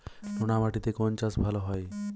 নোনা মাটিতে কোন চাষ ভালো হয়?